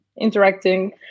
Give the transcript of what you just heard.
interacting